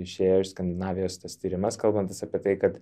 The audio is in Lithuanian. išėjo iš skandinavijos tas tyrimas kalbantis apie tai kad